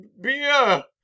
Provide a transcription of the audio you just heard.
beer